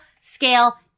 scale